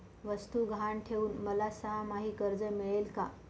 वस्तू गहाण ठेवून मला सहामाही कर्ज मिळेल का?